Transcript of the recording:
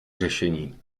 řešení